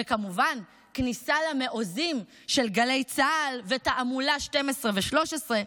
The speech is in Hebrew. וכמובן כניסה למעוזים של גלי צה"ל ותעמולה 12 ו-13,